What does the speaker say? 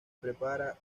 prepara